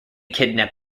kidnapped